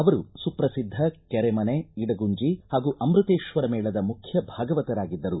ಅವರು ಸುಪ್ರಸಿದ್ದ ಕೆರೆಮನೆ ಇಡಗುಂಜಿ ಹಾಗೂ ಅಮೃತೇಶ್ವರ ಮೇಳದ ಮುಖ್ಯ ಭಾಗವತರಾಗಿದ್ದರು